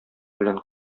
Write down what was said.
белән